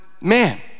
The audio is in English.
man